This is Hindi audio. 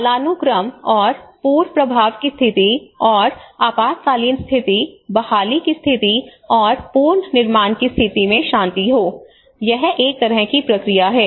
कालानुक्रम और पूर्व प्रभाव की स्थिति और आपातकालीन स्थिति बहाली की स्थिति और पुनर्निर्माण की स्थिति में शांति हो यह एक तरह की प्रक्रिया है